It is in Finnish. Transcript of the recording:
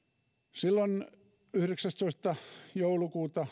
silloin yhdeksästoista joulukuuta